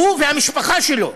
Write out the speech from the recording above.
הוא והמשפחה שלו,